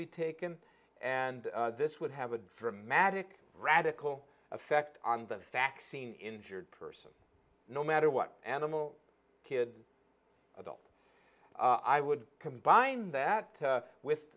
be taken and this would have a dramatic radical effect on the vaccine injured person no matter what animal kid adult i would combine that with